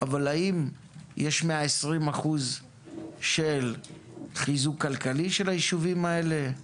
אבל האם יש 120% חיזוק כלכלי של היישובים האלה,